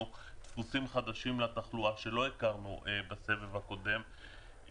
דפוסים חדשים לתחלואה שלא הכרנו בסבב הקודם,